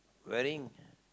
wearing